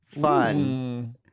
fun